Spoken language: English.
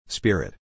Spirit